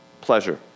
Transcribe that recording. pleasure